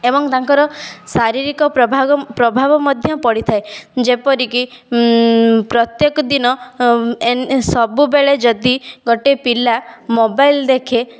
ଏବଂ ତାଙ୍କର ଶାରୀରିକ ପ୍ରଭାବ ମଧ୍ୟ ପଡ଼ିଥାଏ ଯେପରିକି ପ୍ରତ୍ଯେକ ଦିନ ଏନ ସବୁବେଳେ ଯଦି ଗୋଟେ ପିଲା ମୋବାଇଲ ଦେଖେ